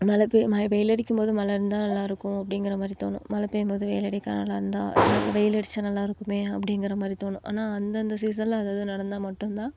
மழை பெய்ய மழை வெயில் அடிக்கும்போது மழை இருந்தால் நல்லாயிருக்கும் அப்படிங்கிற மாதிரி தோணும் மழை பெய்யும்போது வெயில் அடித்தா நல்லாயிருந்தா வெயில் அடித்தா நல்லாயிருக்குமே அப்படிங்கிற மாதிரி தோணும் ஆனால் அந்தந்த சீசனில் அது அது நடந்தால் மட்டும்தான்